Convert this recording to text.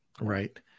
Right